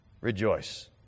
rejoice